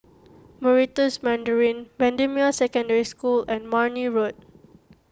Meritus Mandarin Bendemeer Secondary School and Marne Road